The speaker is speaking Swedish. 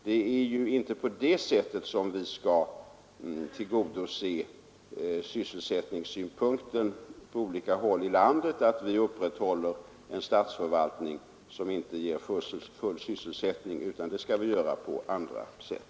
Vi skall inte tillgodose sysselsättningssynpunkten på olika håll i landet genom att upprätthålla en statsförvaltning som inte ger personalen full sysselsättning, utan det skall vi göra på andra sätt.